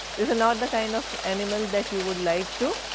this is not the kind of animal that you would like to